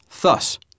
Thus